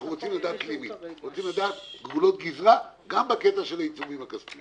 אנחנו רוצים לדעת גבולות גזרה גם בקטע של העיצומים הכספיים.